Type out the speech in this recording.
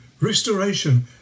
restoration